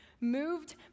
moved